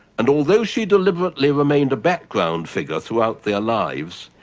and although she deliberately remained a background figure throughout their lives,